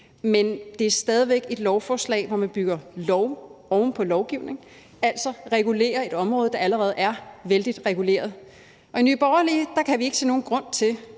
Men det er stadig væk et lovforslag, hvor man bygger lov oven på lovgivning, altså regulerer et område, der allerede er vældig reguleret. I Nye Borgerlige kan vi ikke se nogen grund til,